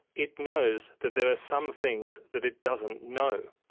it knows that there are some things that it doesn't know.